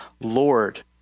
Lord